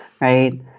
Right